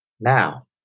Now